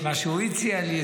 את מה שהוא הציע לי,